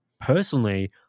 personally